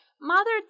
mother